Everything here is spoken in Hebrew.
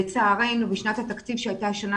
לצערנו בשנת התקציב שהייתה השנה,